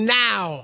now